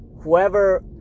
whoever